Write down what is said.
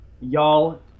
y'all